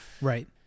Right